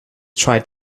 tried